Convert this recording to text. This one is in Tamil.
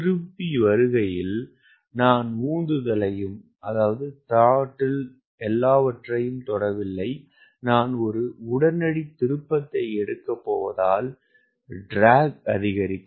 திரும்பி வருகையில் நான் த்ரட்டில் மற்றும் எல்லாவற்றையும் தொடவில்லை நான் ஒரு உடனடி திருப்பத்தை எடுக்கப் போவதால் இழுவை அதிகரிக்கும்